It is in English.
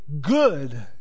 good